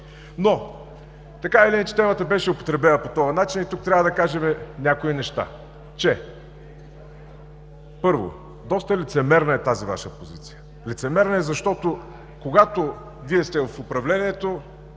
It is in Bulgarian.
това не е вярно! Темата обаче беше употребена по такъв начин и тук трябва да кажем някои неща. Първо, доста лицемерна е тази Ваша позиция. Лицемерна е, защото когато сте в управлението,